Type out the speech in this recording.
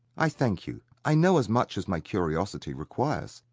i thank you, i know as much as my curiosity requires.